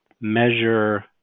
measure